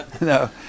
no